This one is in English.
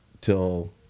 till